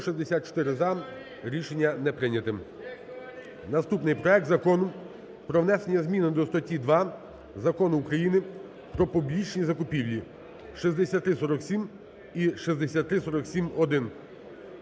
За-164 Рішення не прийнято. Наступний: проект Закону про внесення зміни до статті 2 Закону України "Про публічні закупівлі" (6347 і 6347-1).